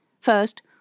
First